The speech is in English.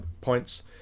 points